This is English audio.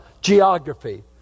geography